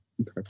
Okay